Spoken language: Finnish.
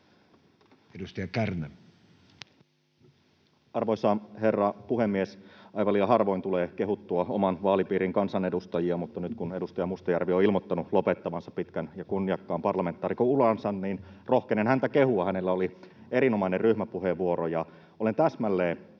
Edustaja Kärnä. Arvoisa herra puhemies! Aivan liian harvoin tulee kehuttua oman vaalipiirin kansanedustajia, mutta nyt kun edustaja Mustajärvi on ilmoittanut lopettavansa pitkän ja kunniakkaan parlamentaarikonuransa, rohkenen häntä kehua: hänellä oli erinomainen ryhmäpuheenvuoro, ja olen täsmälleen